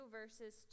verses